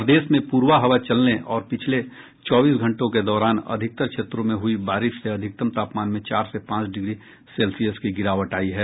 प्रदेश में पूरबा हवा चलने और पिछले चौबीस घंटों के दौरान अधिकतर क्षेत्रों में हई बारिश से अधिकतम तापमान में चार से पांच डिग्री सेल्सियस की गिरावट आई है